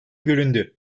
göründü